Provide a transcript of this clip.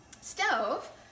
stove